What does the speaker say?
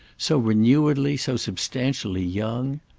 so renewedly, so substantially young?